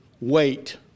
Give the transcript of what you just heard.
wait